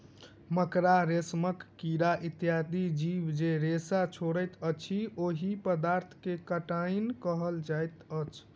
मकड़ा, रेशमक कीड़ा इत्यादि जीव जे रेशा छोड़ैत अछि, ओहि पदार्थ के काइटिन कहल जाइत अछि